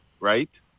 right